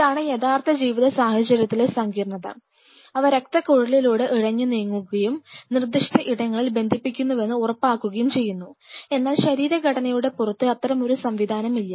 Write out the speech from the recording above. ഇതാണ് യഥാർത്ഥ ജീവിത സാഹചര്യത്തിലെ സങ്കീർണതഅവ രക്തക്കുഴലുകളിലൂടെ ഇഴഞ്ഞു നീങ്ങുകയും നിർദിഷ്ട ഇടങ്ങളിൽ ബന്ധിക്കുന്നുവെന്ന് ഉറപ്പാക്കുകയും ചെയ്യുന്നു എന്നാൽ ശരീരഘടനയുടെ പുറത്ത് അത്തരമൊരു സംവിധാനം ഇല്ല